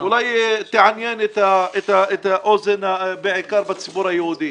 אולי תעניין את האוזן בעיקר בציבור היהודי.